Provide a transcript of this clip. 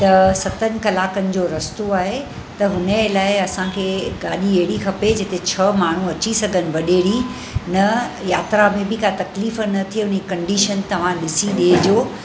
त सतनि कलाकनि जो रस्तो आहे त हुनजे लाइ असांखे गाॾी अहिड़ी खपे जिते छ्ह माण्हूं अची सघनि वॾेरी न यात्रा में बि काई तकलीफ़ न थिए उनीअ कंडीशन तव्हां ॾिसी ॾेजो